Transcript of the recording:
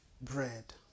bread